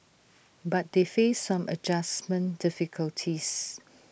but they faced some adjustment difficulties